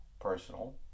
personal